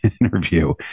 interview